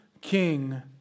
King